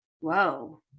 whoa